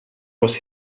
was